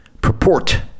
purport